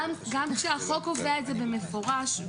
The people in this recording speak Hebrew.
גם כשהחוק קובע את זה במפורש,